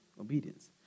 obedience